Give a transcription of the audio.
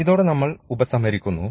ഇതോടെ നമ്മൾ ഉപസംഹരിക്കുന്നു